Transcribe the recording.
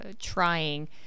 trying